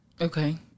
Okay